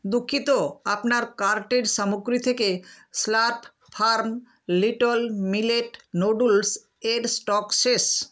দুঃখিত আপনার কার্টের সামগ্রী থেকে Slurrp Farm little millet noodles এর স্টক শেষ